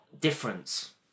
difference